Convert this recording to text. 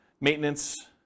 maintenance